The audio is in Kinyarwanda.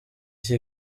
iki